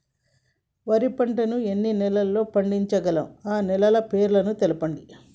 వరి పంట ఎన్ని నెలల్లో పండించగలం ఆ నెలల పేర్లను తెలుపండి?